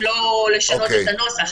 אם לא לשנות את הנוסח,